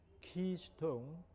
keystone